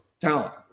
talent